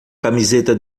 camiseta